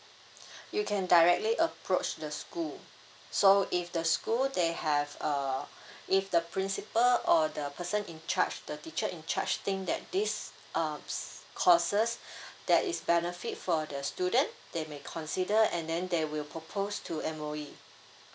you can directly approach the school so if the school they have uh if the principal or the person in charge the teacher in charge think that this uh s~ courses that is benefit for the student they may consider and then they will propose to M_O_E